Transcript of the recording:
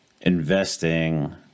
investing